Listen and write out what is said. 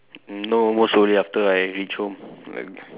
no most probably after I reach home like